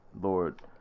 Lord